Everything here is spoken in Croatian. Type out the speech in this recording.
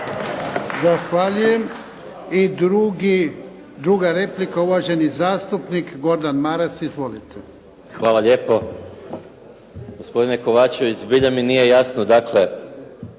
Zahvaljujem. I druga replika, uvaženi zastupnik Gordan Maras. Izvolite. **Maras, Gordan (SDP)** Hvala lijepo. Gospodine Kovačević, zbilja mi nije jasno